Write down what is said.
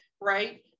right